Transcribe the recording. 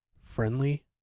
friendly